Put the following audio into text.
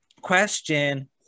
question